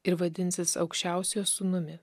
ir vadinsis aukščiausiojo sūnumi